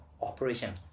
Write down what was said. operation